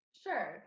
sure